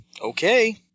Okay